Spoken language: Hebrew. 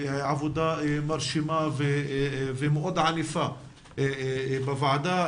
עשתה עבודה מרשימה ומאוד ענפה בוועדה.